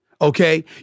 Okay